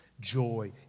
joy